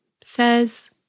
says